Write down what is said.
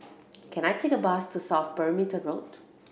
can I take a bus to South Perimeter Road